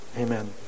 amen